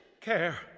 Care